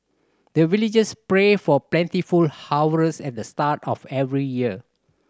the villagers pray for plentiful harvest at the start of every year